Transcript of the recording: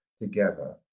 together